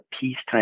peacetime